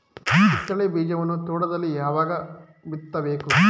ಕಿತ್ತಳೆ ಬೀಜವನ್ನು ತೋಟದಲ್ಲಿ ಯಾವಾಗ ಬಿತ್ತಬೇಕು?